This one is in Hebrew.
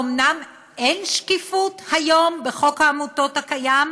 האומנם אין שקיפות היום, בחוק העמותות הקיים?